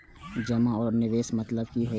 जमा आ निवेश में मतलब कि होई छै?